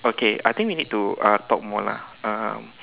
okay I think we need to uh talk more lah um